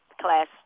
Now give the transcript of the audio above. Class